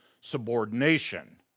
subordination